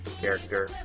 character